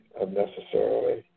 unnecessarily